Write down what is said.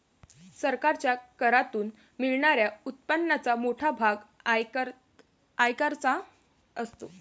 सरकारच्या करातून मिळणाऱ्या उत्पन्नाचा मोठा भाग आयकराचा असतो